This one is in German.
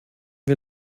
wir